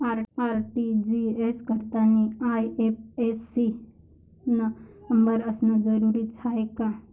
RTGS करतांनी IFSC न number असनं जरुरीच हाय का?